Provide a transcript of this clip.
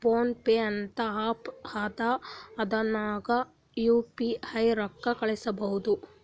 phone pay ಅಂತ app ಅದಾ ಅದುರ್ನಗ್ ಯು ಪಿ ಐ ರೊಕ್ಕಾ ಕಳುಸ್ಬೋದ್